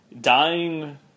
dying